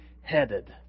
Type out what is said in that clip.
headed